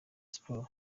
sports